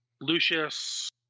Lucius